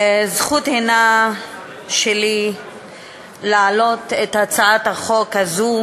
הזכות היא שלי להעלות את הצעת החוק הזאת